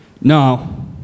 No